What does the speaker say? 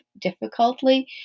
difficultly